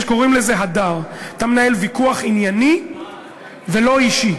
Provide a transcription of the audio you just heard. קוראים לזה הדר, אתה מנהל ויכוח ענייני ולא אישי.